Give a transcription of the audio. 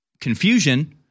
confusion